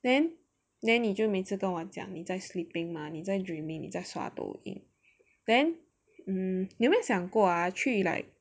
then then 你就每次跟我讲你在 sleeping mah 你在 dreaming 你在刷抖音 then hmm 有没有想过 ah 去 like